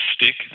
stick